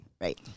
Right